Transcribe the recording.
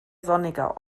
sonniger